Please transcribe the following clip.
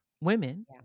women